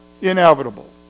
inevitable